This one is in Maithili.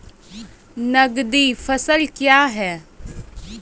नगदी फसल क्या हैं?